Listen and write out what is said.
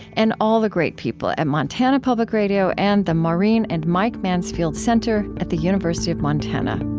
and all the great people at montana public radio and the maureen and mike mansfield center at the university of montana